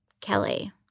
Kelly